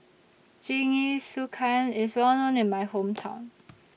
Jingisukan IS Well known in My Hometown